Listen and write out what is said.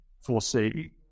foresee